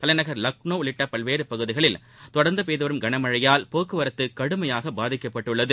தலைநகர் லக்னோ உள்ளிட்ட பல்வேறு பகுதிகளில் தொடர்ந்து பெய்துவரும் கனமழையால் போக்குவரத்து கடுமையாக பாதிக்கப்பட்டுள்ளது